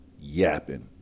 yapping